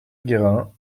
guérin